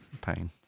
Pain